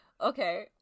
Okay